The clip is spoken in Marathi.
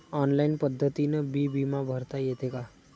ऑनलाईन पद्धतीनं बी बिमा भरता येते का?